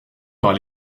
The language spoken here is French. par